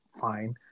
fine